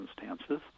circumstances